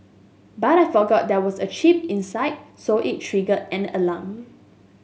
but I forgot there was a chip inside so it triggered an alarm